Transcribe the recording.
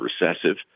recessive